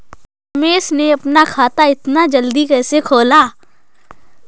रमेश ने अपना खाता इतना जल्दी कैसे खोला?